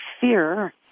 fear